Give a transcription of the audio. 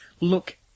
look